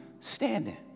standing